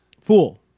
fool